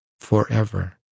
forever